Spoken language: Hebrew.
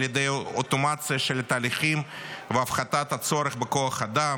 ידי אוטומציה של תהליכים והפחתת הצורך בכוח אדם.